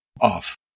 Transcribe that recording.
off